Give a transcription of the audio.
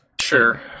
Sure